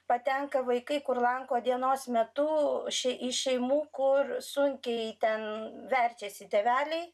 patenka vaikai kur lanko dienos metu ši iš šeimų kur sunkiai ten verčiasi tėveliai